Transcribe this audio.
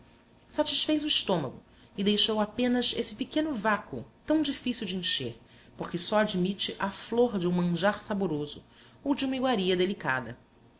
satisfez o estômago e deixou apenas esse pequeno vácuo tão difícil de encher porque só admite a flor de um manjar saboroso ou de uma iguaria delicada